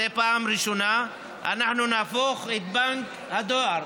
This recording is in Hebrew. זו פעם ראשונה שנהפוך את בנק הדואר,